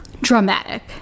dramatic